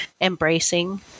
embracing